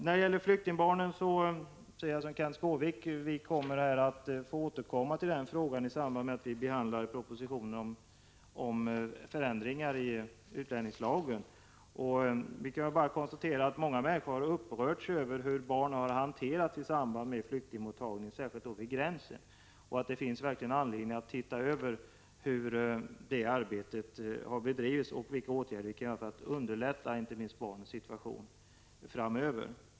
I fråga om flyktingbarnen säger jag som Kenth Skårvik, att vi får återkomma till den frågan i samband med behandlingen av propositionen om förändringar i utlänningslagen. Vi kan bara konstatera att många människor har upprörts över hur barn hanterats i samband med flyktingmottagning, särskilt vid gränsen. Det finns verkligen anledning att se över hur den verksamheten bedrivits och vilka åtgärder som kan vidtas för att underlätta barnens situation framöver.